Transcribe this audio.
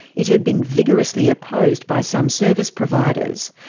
it had been vigorously opposed by some service providers,